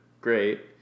great